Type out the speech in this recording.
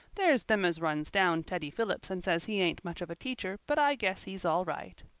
there's them as runs down teddy phillips and says he ain't much of a teacher, but i guess he's all right.